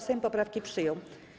Sejm poprawki przyjął.